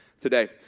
today